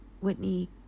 Whitney